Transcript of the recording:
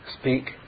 speak